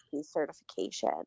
certification